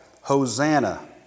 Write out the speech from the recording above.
Hosanna